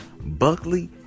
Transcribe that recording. buckley